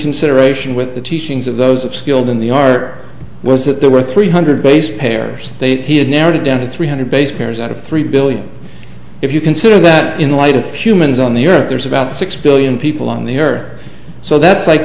consideration with the teachings of those of skilled in the art was that there were three hundred base pairs they had narrowed it down to three hundred base pairs out of three billion if you consider that in light of humans on the earth there's about six billion people on the earth so that's like